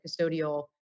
custodial